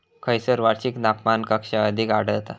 खैयसर वार्षिक तापमान कक्षा अधिक आढळता?